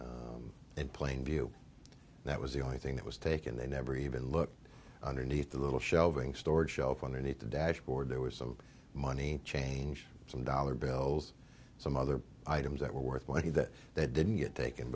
in plain view that was the only thing that was taken they never even looked underneath the little shelving storage shelf underneath the dashboard there was some money change some dollar bills some other items that were worth money that they didn't get taken